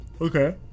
Okay